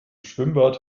schwimmbad